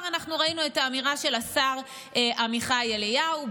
אנחנו ראינו את האמירה של השר עמיחי אליהו,